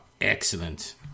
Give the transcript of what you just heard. excellent